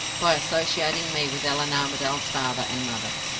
by associating me with allan armadale's father and mother.